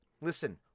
listen